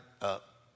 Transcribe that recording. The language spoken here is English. up